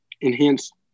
Enhanced